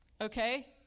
Okay